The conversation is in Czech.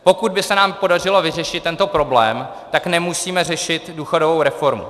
Pokud by se nám podařilo vyřešit tento problém, tak nemusíme řešit důchodovou reformu.